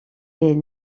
est